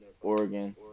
Oregon